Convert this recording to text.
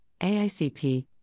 AICP